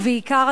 ובעיקר,